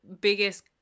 biggest